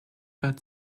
but